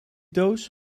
doos